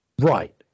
right